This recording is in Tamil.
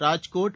ராஜ்கோட்